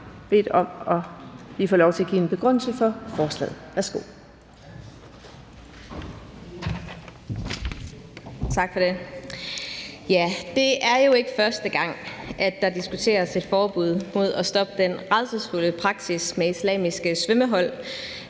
for forslagsstillerne) Susie Jessen (DD): Tak for det. Det er jo ikke første gang, at der diskuteres et forbud mod at stoppe den rædselsfulde praksis med islamiske svømmehold